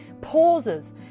pauses